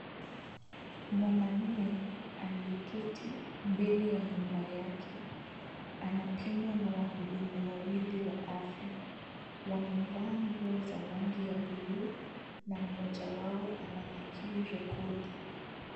Mwanaume aliyeketi mbele ya nyumba yake, anapimwa na wahudumu wawili wa afya. Wamevaa nguo za rangi ya bluu, na mmoja wao ananakili rekodi.